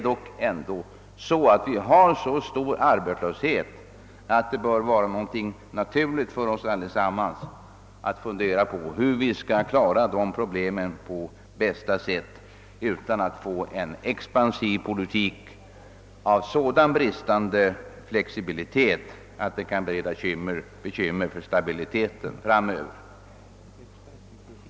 Arbetslösheten är ändå så stor att det bör vara naturligt för oss allesammans att fundera på hur vi skall klara dessa problem på bästa sätt utan att föra en expansiv politik av så bristande flexibilitet att den kan bereda bekymmer för stabiliteten framöver.